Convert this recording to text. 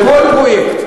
בכל פרויקט.